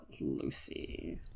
Lucy